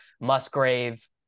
Musgrave